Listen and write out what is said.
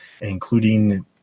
including